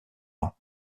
ans